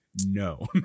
No